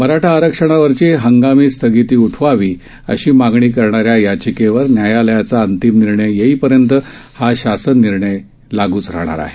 मराठा आरक्षणावरची हंगामी स्थगिती उठवावी अशी मागणी करणाऱ्या याचिकेवर न्यायालयाचा अंतिम निर्णय येईपर्यंत हा शासन निर्णय लागू राहणार आहे